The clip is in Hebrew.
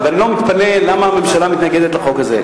אני לא מתפלא למה הממשלה מתנגדת לחוק הזה,